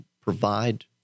provide